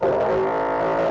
oh